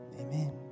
amen